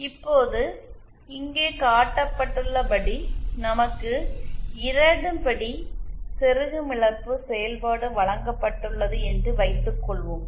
இப்போது இங்கே காட்டப்பட்டுள்ளபடி நமக்கு 2 படி செருகும் இழப்பு செயல்பாடு வழங்கப்பட்டுள்ளது என்று வைத்துக்கொள்வோம்